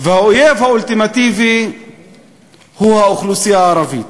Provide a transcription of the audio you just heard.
והאויב האולטימטיבי הוא האוכלוסייה הערבית.